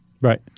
Right